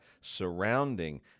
surrounding